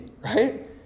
right